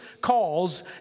calls